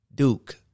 Duke